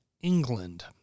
England